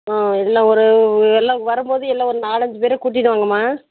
ஆ இல்லை ஒரு எல்லாம் வரும் போது எல்லாம் ஒரு நாலஞ்சு பேரை கூட்டிகிட்டு வாங்கம்மா